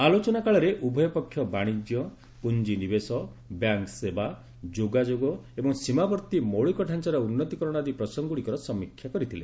ଆଲୋଚନା କାଳରେ ଉଭୟ ପକ୍ଷ ବାଶିଜ୍ୟ ପୁଞ୍ଜିନିବେଶ ବ୍ୟାଙ୍କ୍ ସେବା ଯୋଗାଯୋଗ ଏବଂ ସୀମାବର୍ତ୍ତି ମୌଳିକତାଞ୍ଚାର ଉନ୍ନତୀକରଣ ଆଦି ପ୍ରସଙ୍ଗଗୁଡିକର ସମୀକ୍ଷା କରିଥିଲେ